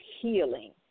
healing